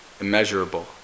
immeasurable